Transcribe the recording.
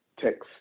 Text